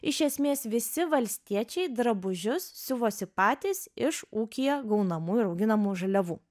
iš esmės visi valstiečiai drabužius siuvosi patys iš ūkyje gaunamų ir auginamų žaliavų